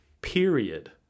period